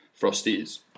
frosties